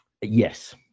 yes